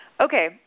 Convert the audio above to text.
Okay